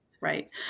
Right